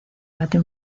bate